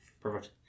Perfect